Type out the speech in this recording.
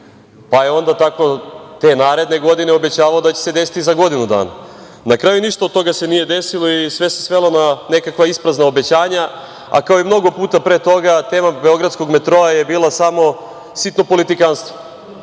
pa je te naredne godine obećavao da će se desiti za godinu dana. Na kraju, ništa od toga se nije desilo i sve se svelo na nekakva isprazna obećanja, a kao i mnogo puta pre toga tema beogradskog metroa je bila samo sitno politikanstvo,